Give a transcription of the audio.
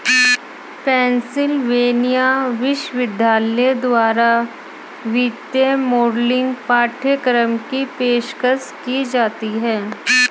Pennsylvania विश्वविद्यालय द्वारा वित्तीय मॉडलिंग पाठ्यक्रम की पेशकश की जाती हैं